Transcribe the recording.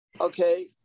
Okay